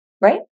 right